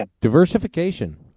diversification